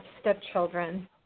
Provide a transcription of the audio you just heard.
stepchildren